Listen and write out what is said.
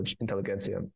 intelligentsia